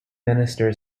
minister